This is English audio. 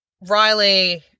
Riley